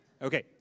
Okay